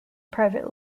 private